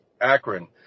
Akron